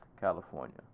California